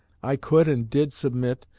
i could and did submit,